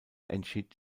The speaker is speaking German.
entschied